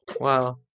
Wow